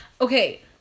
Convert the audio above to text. Okay